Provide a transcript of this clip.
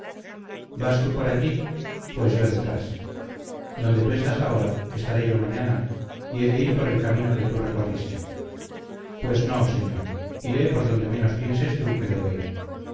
vas tú por allí pues yo detrás donde tú estás ahora estaré yo mañana y he de ir por el camino que tú recorriste pues no señor iré por donde menos pienses tú que debo ir